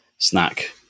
Snack